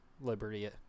Liberty